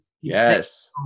Yes